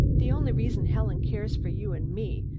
the only reason helen cares for you and me,